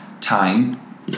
time